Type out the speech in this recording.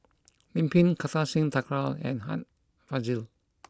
Lim Pin Kartar Singh Thakral and Art Fazil